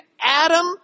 Adam